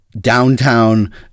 downtown